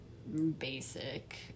basic